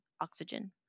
oxygen